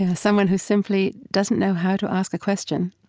ah someone who simply doesn't know how to ask a question,